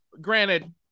granted